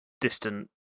distant